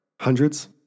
Hundreds